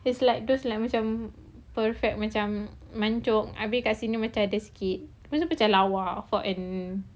it's like those like macam perfect macam mancung habis kat sini macam ada sikit habis macam lawa for an